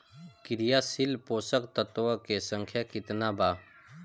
क्रियाशील पोषक तत्व के संख्या कितना बा?